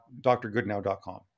drgoodnow.com